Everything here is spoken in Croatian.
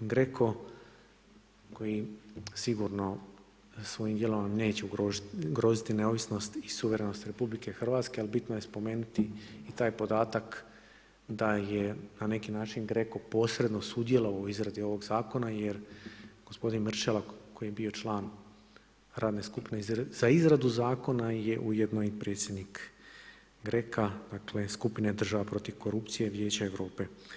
GRECO koji sigurno svojim djelovanjem neće ugroziti neovisnost i suverenost RH ali bitno je spomenuti i taj podatak da je na neki način GRECO posredno sudjelovao u izradi ovog zakona jer gospodin Mrčela koji je bio član radne skupine za izradu zakona je ujedno i predsjednik GRECO-a dakle skupine država protiv korupcije Vijeća Europe.